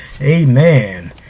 Amen